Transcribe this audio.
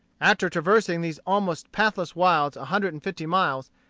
after traversing these almost pathless wilds a hundred and fifty miles,